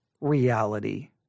reality